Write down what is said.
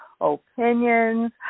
opinions